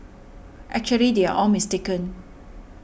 actually they are all mistaken